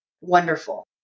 wonderful